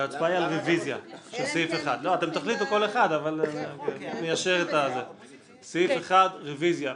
ההצבעה היא על רביזיה לסעיף 1. סעיף 1 רוויזיה.